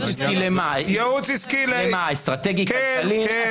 אסטרטגי, כלכלי?